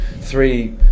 Three